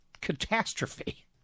catastrophe